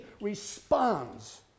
responds